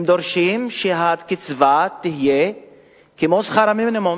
הם דורשים שהקצבה תהיה כמו שכר המינימום,